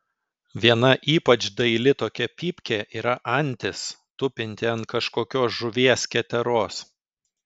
viena ypač daili tokia pypkė yra antis tupinti ant kažkokios žuvies keteros